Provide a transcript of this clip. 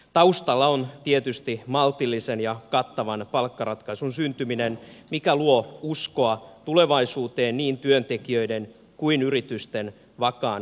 taustalla on tietysti maltillisen ja kattavan palkkaratkaisun syntyminen mikä luo uskoa tulevaisuuteen niin työntekijöiden kuin yritysten vakaan toimintaympäristönkin puolesta